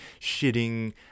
shitting